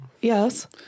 Yes